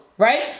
right